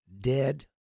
dead